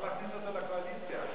אפשר להכניס אותו לקואליציה.